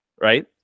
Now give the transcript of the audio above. right